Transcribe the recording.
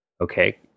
okay